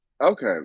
Okay